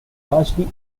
largely